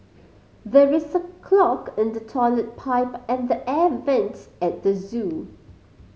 there is a clog in the toilet pipe and the air vents at the zoo